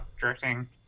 directing